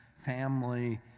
family